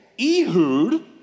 Ehud